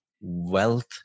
wealth